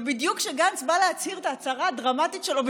ובדיוק כשגנץ בא להצהיר את ההצהרה הדרמטית שלו,